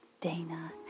Dana